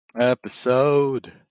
Episode